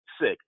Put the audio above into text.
sick